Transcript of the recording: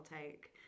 take